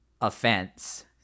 offense